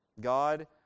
God